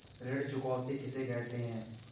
ऋण चुकौती किसे कहते हैं?